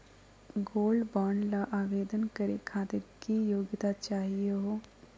Gold bond ल आवेदन करे खातीर की योग्यता चाहियो हो?